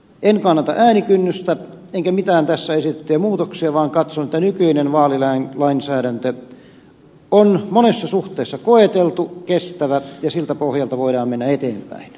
en kannata äänikynnystä enkä mitään tässä esitettyjä muutoksia vaan katson että nykyinen vaalilainsäädäntö on monessa suhteessa koeteltu kestävä ja siltä pohjalta voidaan mennä eteenpäin